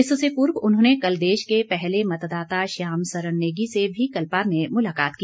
इससे पूर्व उन्होंने कल देश के पहले मतदाता श्याम सरन नेगी से भी कल्पा में मुलाकात की